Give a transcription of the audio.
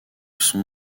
son